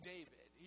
David